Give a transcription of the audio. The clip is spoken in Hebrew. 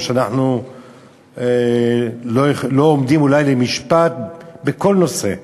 או שאנחנו אולי לא עומדים למשפט בכל נושא?